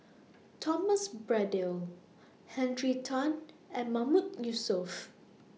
Thomas Braddell Henry Tan and Mahmood Yusof